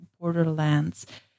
borderlands